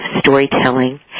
storytelling